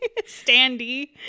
Standy